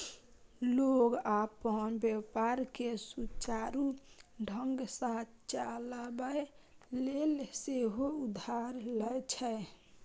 लोग अपन व्यापार कें सुचारू ढंग सं चलाबै लेल सेहो उधार लए छै